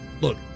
Look